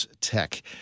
Tech